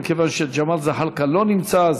מכיוון שג'מאל זחאלקה לא נמצא אז